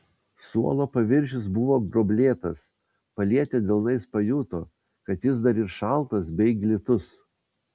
suolo paviršius buvo gruoblėtas palietę delnais pajuto kad jis dar ir šaltas bei glitus